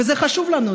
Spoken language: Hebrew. וזה חשוב לנו,